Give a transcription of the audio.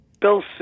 Bill